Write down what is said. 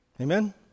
Amen